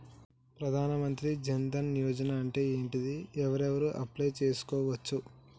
ప్రధాన మంత్రి జన్ ధన్ యోజన అంటే ఏంటిది? ఎవరెవరు అప్లయ్ చేస్కోవచ్చు?